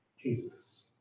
Jesus